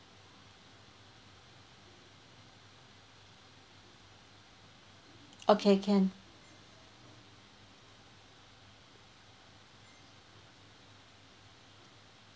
okay can